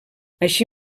així